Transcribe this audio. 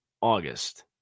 August